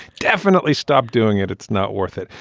definitely stop doing it. it's not worth it.